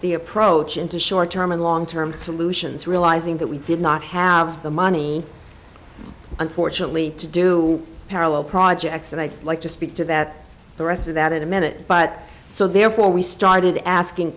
the approach into short term and long term solutions realizing that we did not have the money unfortunately to do parallel projects and i'd like to speak to that the rest of that in a minute but so therefore we started asking